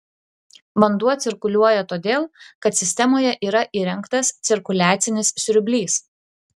vanduo cirkuliuoja todėl kad sistemoje yra įrengtas cirkuliacinis siurblys